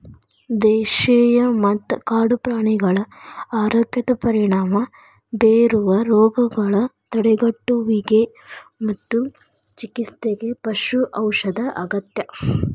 ದೇಶೇಯ ಮತ್ತ ಕಾಡು ಪ್ರಾಣಿಗಳ ಆರೋಗ್ಯದ ಪರಿಣಾಮ ಬೇರುವ ರೋಗಗಳ ತಡೆಗಟ್ಟುವಿಗೆ ಮತ್ತು ಚಿಕಿತ್ಸೆಗೆ ಪಶು ಔಷಧ ಅಗತ್ಯ